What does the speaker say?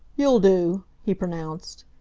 you'll do, he pronounced.